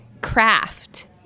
craft